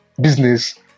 business